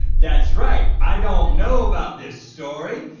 that's right, i don't know about this story,